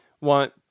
want